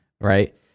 right